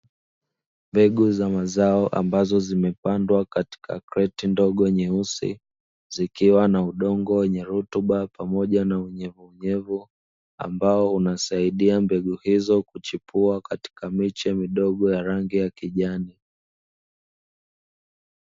Mbegu za mazao ambazo zimepandwa katika kreti ndogo nyeusi, zikiwa na udongo wenye rutuba pamoja na unyevuunyevu, ambao unasaidia mbegu hizo kuchipua katika miche midogo ya rangi ya kijani.